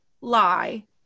lie